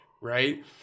right